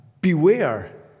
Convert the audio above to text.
Beware